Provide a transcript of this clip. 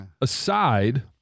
aside